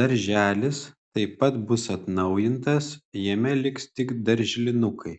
darželis taip pat bus atnaujintas jame liks tik darželinukai